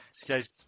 says